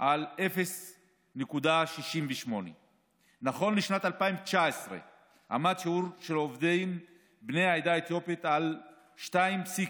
על 0.68%. בשנת 2019 עמד שיעורם של עובדים בני העדה האתיופית על 2.4%,